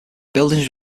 buildings